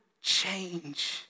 change